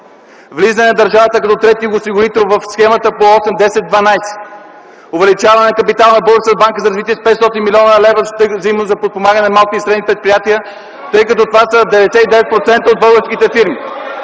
влизане на държавата като трети осигурител в системата по схемата 8:10:12; увеличаване на капитала на Българската банка за развитие с 500 млн. лв. за сектора за подпомагане на малки и средни предприятия, тъй като това са 99% от българските фирми